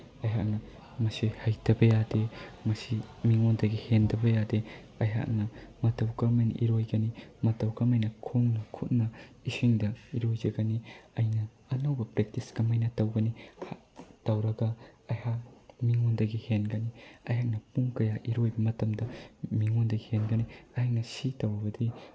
ꯑꯩꯍꯥꯛꯅ ꯃꯁꯤ ꯍꯩꯇꯕ ꯌꯥꯗꯦ ꯃꯁꯤ ꯃꯤꯉꯣꯟꯗꯒꯤ ꯍꯦꯟꯗꯕ ꯌꯥꯗꯦ ꯑꯩꯍꯥꯛꯅ ꯃꯇꯧ ꯀꯃꯥꯏꯅ ꯏꯔꯣꯏꯒꯅꯤ ꯃꯇꯧ ꯀꯃꯥꯏꯅ ꯈꯣꯡꯅ ꯈꯨꯠꯅ ꯏꯁꯤꯡꯗ ꯏꯔꯣꯏꯖꯒꯅꯤ ꯑꯩꯅ ꯑꯅꯧꯕ ꯄ꯭ꯔꯦꯛꯇꯤꯁ ꯀꯃꯥꯏꯅ ꯇꯧꯒꯅꯤ ꯇꯧꯔꯒ ꯑꯩꯍꯥꯛ ꯃꯤꯉꯣꯟꯗꯒꯤ ꯍꯦꯟꯒꯅꯤ ꯑꯩꯍꯥꯛꯅ ꯄꯨꯡ ꯀꯌꯥ ꯏꯔꯣꯏꯕ ꯃꯇꯝꯗ ꯃꯤꯉꯣꯟꯗꯒꯤ ꯍꯦꯟꯒꯅꯤ ꯑꯩꯅ ꯁꯤ ꯇꯧꯔꯒꯗꯤ